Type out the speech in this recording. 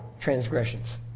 transgressions